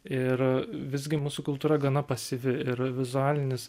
ir visgi mūsų kultūra gana pasyvi ir vizualinis